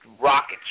rockets